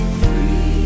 free